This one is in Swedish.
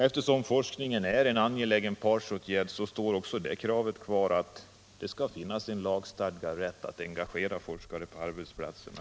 Eftersom forskning är en angelägen partsåtgärd står vårt krav kvar att det skall finnas en lagstadgad rätt för fackförening att engagera forskare på arbetsplatserna.